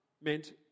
meant